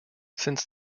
since